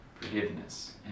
forgiveness